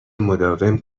مداوم